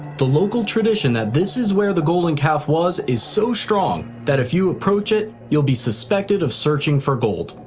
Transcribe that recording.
the local tradition that this is where the golden calf was is so strong that if you approach it, you'll be suspected of searching for gold.